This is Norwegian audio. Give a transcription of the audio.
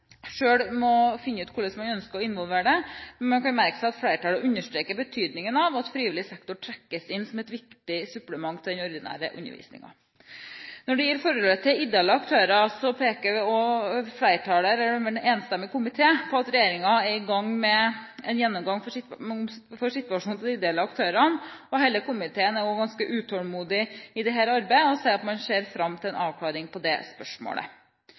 må finne ut hvordan man ønsker å involvere det, men en kan merke seg at flertallet understreker betydningen av at frivillig sektor trekkes inn som et viktig supplement til den ordinære undervisningen. Når det gjelder forholdet til ideelle aktører, peker en enstemmig komité på at regjeringen er i gang med en gjennomgang av situasjonen til de ideelle aktørene. Hele komiteen er også ganske utålmodig i dette arbeidet og sier at man ser fram til en avklaring på det spørsmålet.